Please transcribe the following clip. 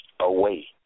away